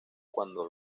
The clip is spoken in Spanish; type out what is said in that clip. cuándo